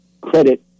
credit